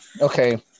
okay